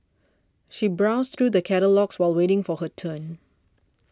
she browsed through the catalogues while waiting for her turn